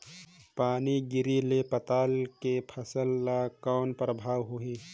पानी गिरे ले पताल के फसल ल कौन प्रभाव होही?